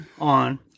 on